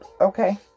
okay